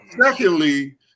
Secondly